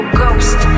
ghost